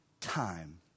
time